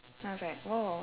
I was like !wow!